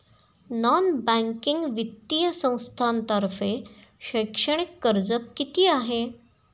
Non banking वित्तीय संस्थांतर्फे शैक्षणिक कर्ज किती आहे?